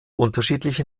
unterschiedliche